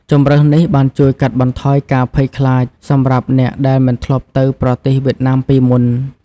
ជម្រើសនេះបានជួយកាត់បន្ថយការភ័យខ្លាចសម្រាប់អ្នកដែលមិនធ្លាប់ទៅប្រទេសវៀតណាមពីមុន។